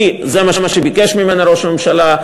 כי זה מה שביקש ממנה ראש הממשלה,